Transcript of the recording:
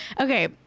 Okay